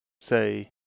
say